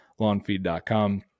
lawnfeed.com